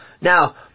Now